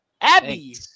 Abby